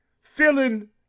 feeling